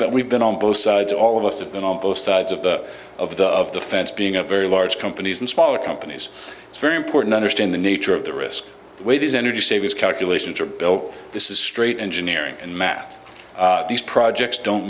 that we've been on both sides all of us have been on both sides of the of the of the fence being a very large companies and smaller companies it's very important understand the nature of the risk the way these energy savings calculations are built this is straight engineering and math these projects don't